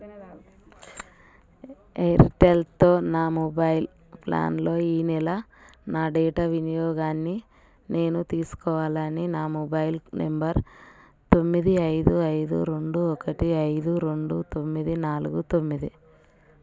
ఎయిర్టెల్తో నా మొబైల్ ప్లాన్లో ఈ నెల నా డేటా వినియోగాన్ని నేను తీసుకోవాలని నా మొబైల్ నెంబర్ తొమ్మిది ఐదు ఐదు రెండు ఒకటి ఐదు రెండు తొమ్మిది నాలుగు తొమ్మిది